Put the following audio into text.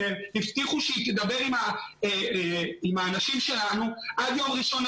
הבטיחו שקרן טרנר תדבר עם האנשים שלנו עד יום ראשון,